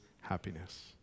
happiness